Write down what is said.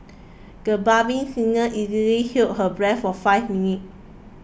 the budding singer easily held her breath for five minutes